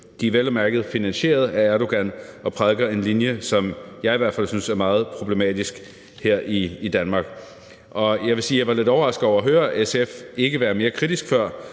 De er vel at mærke finansieret af Erdogan og prædiker en linje, som jeg i hvert fald synes er meget problematisk her i Danmark. Jeg vil sige, at jeg var lidt overrasket over at høre, at SF ikke var mere kritisk før.